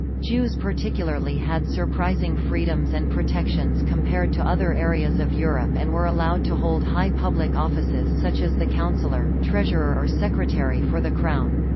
jews particularly had surprising freedoms and protections compared to other areas of europe and were allowed to hold high public offices such as the counselor, treasurer or secretary for the crown.